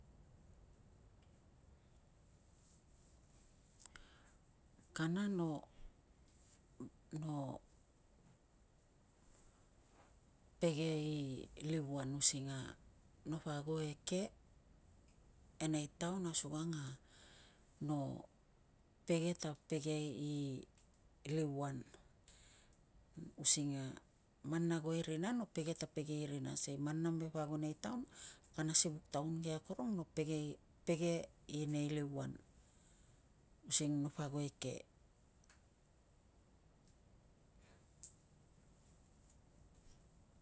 Kana no pege i liuan using a no pa ago eke e nei taon, asukang a no pege ta pege i liuan. Using man na ago e rina no pege ta pege i rina, sikei man namepa ago nei taon kana si vuk taun ke akorong no pege i liuan using na po ago eke.